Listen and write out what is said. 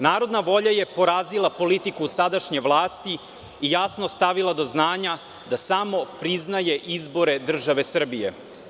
Narodna volja je porazila politiku sadašnje vlasti i jasno stavila do znanja da samo priznaje izbore države Srbije.